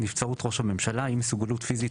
"נבצרות ראש הממשלה" אי-מסוגלות פיזית